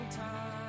time